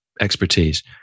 expertise